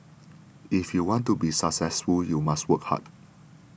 if you want to be successful you must work hard